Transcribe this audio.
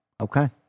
Okay